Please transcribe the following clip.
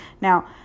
Now